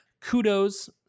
kudos